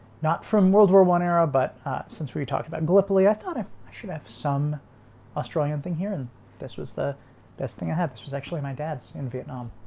not from world war one era but ah since we we talked about gallipoli, i thought i should have some australian thing here. and this was the best thing i had. this was actually my dad's in vietnam.